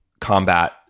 combat